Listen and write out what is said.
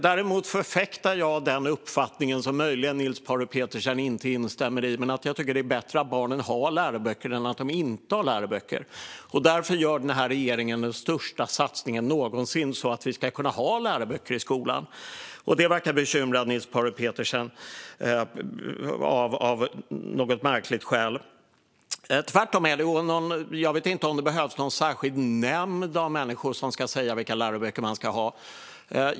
Däremot förfäktar jag den uppfattning som Niels Paarup-Petersen möjligen inte instämmer i: att det är bättre att barnen har läroböcker än att de inte har några läroböcker. Därför gör den här regeringen den största satsningen någonsin så att vi ska kunna ha läroböcker i skolan. Det verkar bekymra Niels Paarup-Petersen, av något märkligt skäl. Det är tvärtom. Jag vet inte om det behövs någon särskild nämnd av människor som ska säga vilka läroböcker man ska ha.